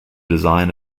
design